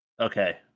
Okay